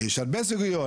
יש הרבה סוגיות.